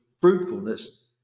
fruitfulness